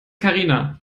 karina